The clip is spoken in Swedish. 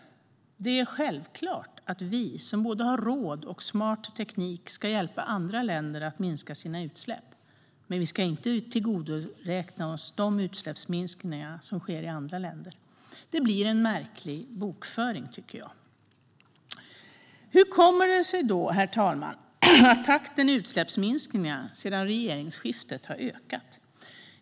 Det är självklart att vi, som både har råd och smart teknik, ska hjälpa andra länder att minska sina utsläpp. Men vi ska inte tillgodoräkna oss de utsläppsminskningar som sker i andra länder. Det blir en märklig bokföring. Hur kommer det sig då att takten för utsläppsminskningarna har ökat sedan regeringsskiftet, herr talman?